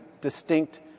distinct